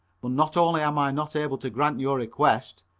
but not only am i not able to grant your request,